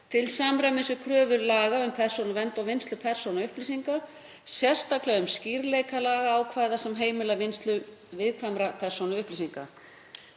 til samræmis við kröfur laga um persónuvernd og vinnslu persónuupplýsinga, sérstaklega um skýrleika lagaákvæða sem heimila vinnslu viðkvæmra persónuupplýsinga.